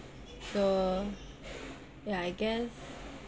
the ya I guess